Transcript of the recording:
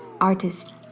Artist